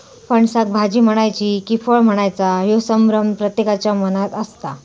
फणसाक भाजी म्हणायची कि फळ म्हणायचा ह्यो संभ्रम प्रत्येकाच्या मनात असता